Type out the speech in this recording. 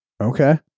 Okay